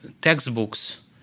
Textbooks